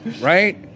right